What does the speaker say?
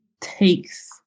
takes